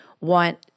want